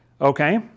Okay